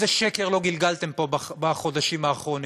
איזה שקר לא גלגלתם פה בחודשים האחרונים.